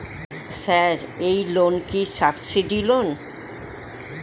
Sir এই loan কি subsidy loan?